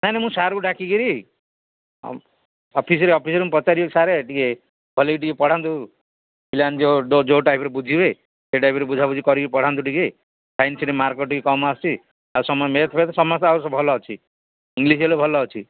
ନାଇଁ ନାଇଁ ମୁଁ ସାର୍ଙ୍କୁ ଡାକିକରି ଅଫିସରେ ଅଫିସରୁ ପଚାରିବି ସାର୍ ଟିକେ ଭଲକି ଟିକେ ପଢ଼ାନ୍ତୁ ପିଲାମାନେ ଯୋଉ ଯୋଉ ଟାଇପ୍ରେ ବୁଝିବେ ସେ ଟାଇପ୍ରେ ବୁଝାବୁଝି କରିକି ପଢ଼ାନ୍ତୁ ଟିକେ ସାଇନ୍ସରେେ ମାର୍କ ଟିକେ କମ୍ ଆସୁଛି ଆଉ ସମୟ ସମସ୍ତ ଆଉ ଭଲ ଅଛି ଇଂଲିଶ ହେଲେ ଭଲ ଅଛି